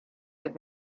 have